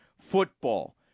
football